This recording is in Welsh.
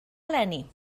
eleni